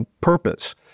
purpose